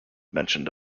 mentioned